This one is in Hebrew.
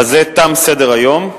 בזה תם סדר-היום.